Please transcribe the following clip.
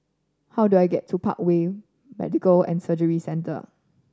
how do I get to Parkway Medical and Surgery Centre